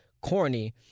corny